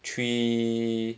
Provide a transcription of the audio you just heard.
three